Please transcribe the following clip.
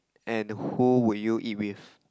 and who would you eat with